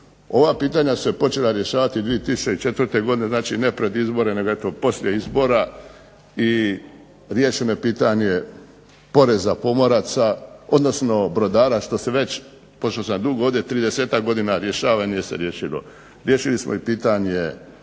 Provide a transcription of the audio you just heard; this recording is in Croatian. Ova pitanja su se počela rješavati 2004. godine. Znači, ne pred izbore, nego eto poslije izbora i riješeno je pitanje poreza pomoraca, odnosno brodara što se već pošto sam dugo ovdje tridesetak godina rješava i nije se riješilo. Riješili smo i pitanje